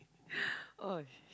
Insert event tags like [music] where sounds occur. [breath] okay